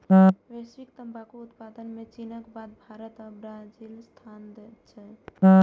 वैश्विक तंबाकू उत्पादन मे चीनक बाद भारत आ ब्राजीलक स्थान छै